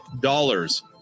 dollars